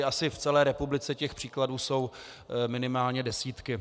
Asi v celé republice těch příkladů jsou minimálně desítky.